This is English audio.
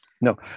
No